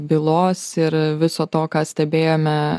bylos ir viso to ką stebėjome